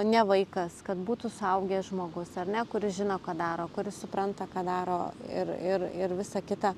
ne vaikas kad būtų suaugęs žmogus ar ne kuris žino ką daro kuris supranta ką daro ir ir ir visa kita